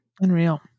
unreal